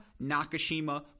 Nakashima